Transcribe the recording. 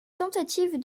tentative